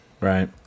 Right